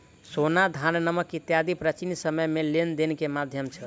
सोना, धान, नमक इत्यादि प्राचीन समय में लेन देन के माध्यम छल